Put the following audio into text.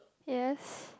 yes